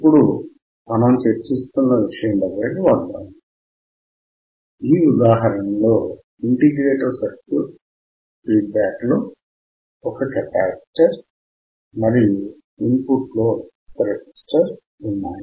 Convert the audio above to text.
ఇప్పుడు మనము చర్చిస్తున్న విషయము దగ్గరకి వద్దాము ఈ ఉదాహరణలో ఇంటిగ్రేటర్ సర్క్యూట్ ఫీడ్ బ్యాక్ లో ఒక కెపాసిటర్ మరియు ఇన్ పుట్ లో ఒక రెసిస్టర్ ఉన్నాయి